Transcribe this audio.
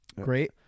Great